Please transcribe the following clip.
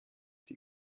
die